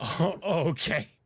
okay